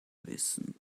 wissen